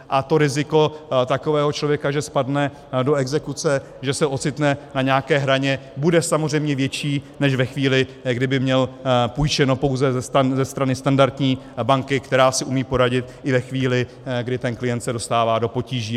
A to riziko takového člověka, že spadne do exekuce, že se ocitne na nějaké hraně, bude samozřejmě větší než ve chvíli, kdy by měl půjčeno pouze ze strany standardní banky, která si umí poradit i ve chvíli, kdy ten klient se dostává do potíží.